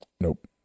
nope